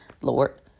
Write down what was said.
Lord